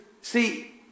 see